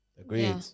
Agreed